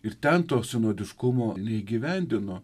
ir ten to sinodiškumo neįgyvendino